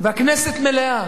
והכנסת מלאה.